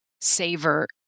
savor